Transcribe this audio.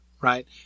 right